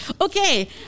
Okay